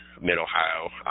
mid-Ohio